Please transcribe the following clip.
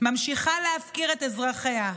ממשיכה להפקיר את אזרחיה.